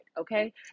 okay